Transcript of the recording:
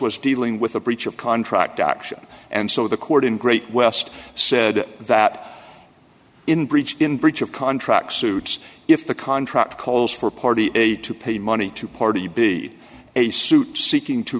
was dealing with a breach of contract action and so the court in great west said that in breach in breach of contract suits if the contract calls for party a to pay money to party b a suit seeking to